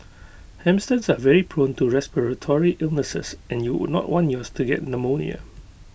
hamsters are very prone to respiratory illnesses and you would not want yours to get pneumonia